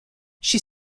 she